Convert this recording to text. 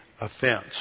offense